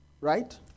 right